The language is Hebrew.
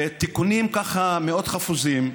בתיקונים, ככה, מאוד חפוזים,